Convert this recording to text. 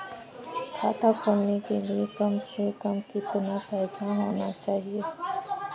खाता खोलने के लिए कम से कम कितना पैसा होना चाहिए?